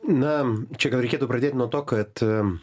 na čia gal reikėtų pradėt nuo to kad